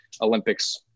Olympics